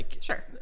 Sure